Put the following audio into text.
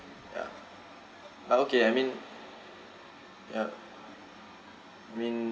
ya but okay I mean yup I mean